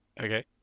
Okay